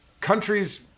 countries